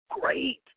great